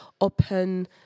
open